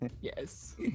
Yes